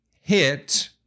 hit